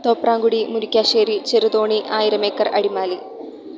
Thopramkudy Murickassery Cheruthoni Aayiramekkar Adimali